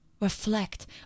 Reflect